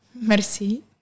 Merci